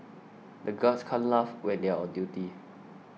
the guards can't laugh when they are on duty